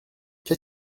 qu’a